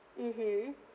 mmhmm